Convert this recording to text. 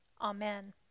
Amen